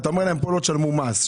אומר להם: פה לא תשלמו מס.